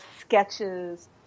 sketches